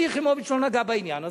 שלי יחימוביץ לא נגעה בעניין הזה,